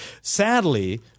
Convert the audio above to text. Sadly